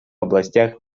областях